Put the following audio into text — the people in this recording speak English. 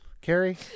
Carrie